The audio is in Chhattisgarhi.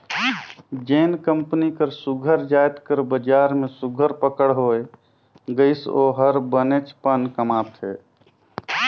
जेन कंपनी कर सुग्घर जाएत कर बजार में सुघर पकड़ होए गइस ओ हर बनेचपन कमाथे